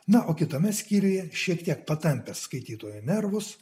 na o kitame skyriuje šiek tiek patampęs skaitytojo nervus